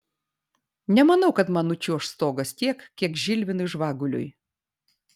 nemanau kad man nučiuoš stogas tiek kiek žilvinui žvaguliui